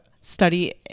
study